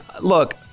Look